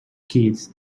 kids